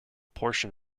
portion